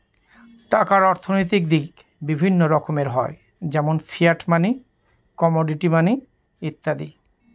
টাকার অর্থনৈতিক দিক বিভিন্ন রকমের হয় যেমন ফিয়াট মানি, কমোডিটি মানি ইত্যাদি